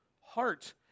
heart